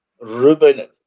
Ruben